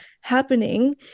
happening